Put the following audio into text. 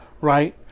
Right